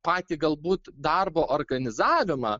patį galbūt darbo organizavimą